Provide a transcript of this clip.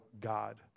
God